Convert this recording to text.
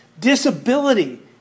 Disability